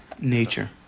nature